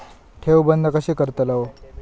ठेव बंद कशी करतलव?